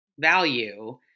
value